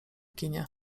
kinie